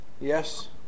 Yes